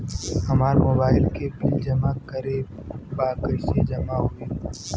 हमार मोबाइल के बिल जमा करे बा कैसे जमा होई?